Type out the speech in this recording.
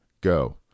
go